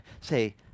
Say